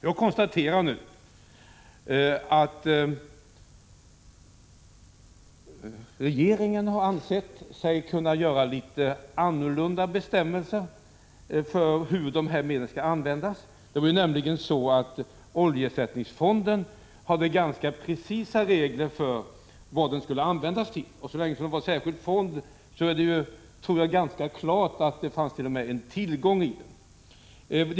Jag konstaterar nu att regeringen har ansett sig kunna göra litet annorlunda bestämmelser för hur de här medlen skall användas. Det var nämligen så att oljeersättningsfonden hade ganska precisa regler för vad den skulle användas till. Så länge som det var en särskild fond tror jag att det var ganska klart att det t.o.m. fanns en tillgång i den.